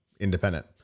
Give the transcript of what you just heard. independent